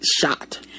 shot